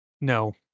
No